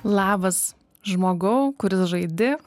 labas žmogau kuris žaidi